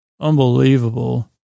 unbelievable